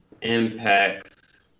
impacts